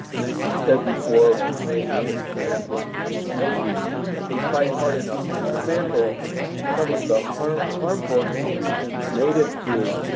and as you've said before, we may have a chance maybe if we fight it hard enough to dismantle some of the harmful institutions native to